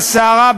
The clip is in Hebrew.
בסערה,